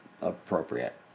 appropriate